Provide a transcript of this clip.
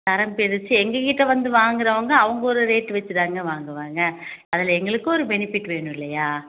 தரம் பிரித்து எங்கள் கிட்டே வந்து வாங்கிறவுங்க அவங்க ஒரு ரேட்டு வெச்சு தாங்க வாங்குவாங்க அதில் எங்களுக்கும் ஒரு பெனிஃபிட் வேணும் இல்லையா